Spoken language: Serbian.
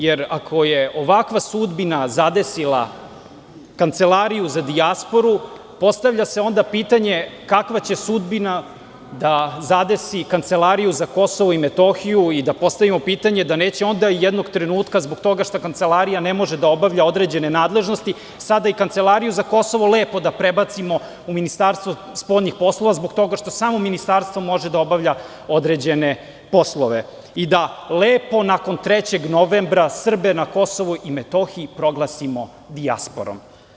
Jer, ako je ovakva sudbina zadesila Kancelariju za dijasporu, postavlja se onda pitanje kakva će sudbina da zadesi Kancelariju za Kosovo i Metohiju i da postavimo pitanje, da neće onda jednog trenutka zbog toga što Kancelarija ne može da obavlja određene nadležnosti, sada i Kancelariju za Kosovo lepo da prebacimo u Ministarstvo spoljnih poslova, zbog toga što samo Ministarstvo može da obavlja određene poslove i da lepo nakon 3. novembra Srbe na Kosovu i Metohiji proglasimo dijasporom.